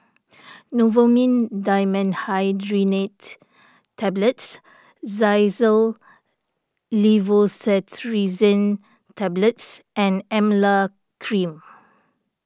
Novomin Dimenhydrinate Tablets Xyzal Levocetirizine Tablets and Emla Cream